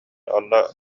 онно